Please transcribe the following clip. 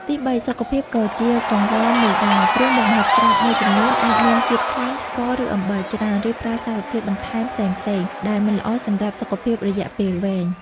ទីបី សុខភាពក៏ជាកង្វល់មួយដែរ ព្រោះមុខម្ហូបស្រាប់មួយចំនួនអាចមានជាតិខ្លាញ់ ស្ករ ឬអំបិលច្រើន ឬប្រើសារធាតុបន្ថែមផ្សេងៗ ដែលមិនល្អសម្រាប់សុខភាពរយៈពេលវែង។